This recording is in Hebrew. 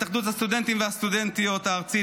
התאחדות הסטודנטים והסטודנטיות הארצית,